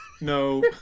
no